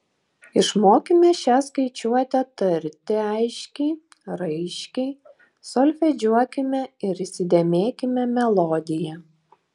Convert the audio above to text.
išmokime šią skaičiuotę tarti aiškiai raiškiai solfedžiuokime ir įsidėmėkime melodiją